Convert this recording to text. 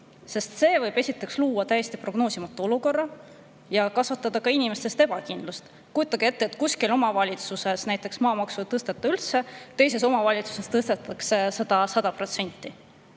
See võib luua täiesti prognoosimatu olukorra ja kasvatada inimestes ebakindlust. Kujutage ette, et kuskil omavalitsuses näiteks maamaksu ei tõsteta üldse, teises omavalitsuses tõstetakse seda